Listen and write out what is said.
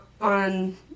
on